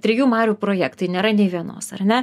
trejų marių projektai nėra nei vienos ar ne